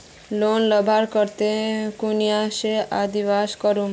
Loan लुबार केते कुनियाँ से आवेदन करूम?